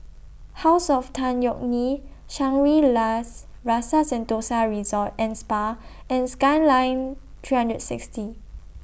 House of Tan Yeok Nee Shangri La's Rasa Sentosa Resort and Spa and Skyline three hundred and sixty